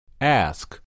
Ask